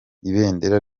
ibendera